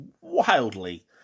wildly